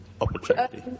opportunity